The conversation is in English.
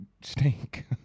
stink